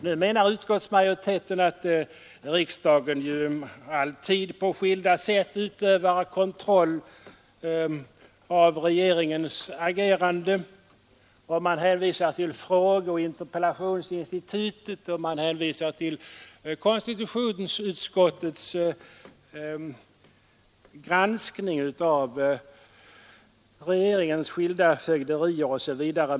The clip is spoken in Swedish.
Nu menar utskottsmajoriteten att riksdagen ju alltid på skilda sätt utövar en kontroll av regeringens agerande, och man hänvisar till frågeoch interpellationsinstituten liksom till konstitutionsutskottets granskning av regeringens skilda fögderier osv.